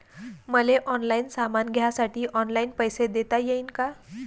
मले ऑनलाईन सामान घ्यासाठी ऑनलाईन पैसे देता येईन का?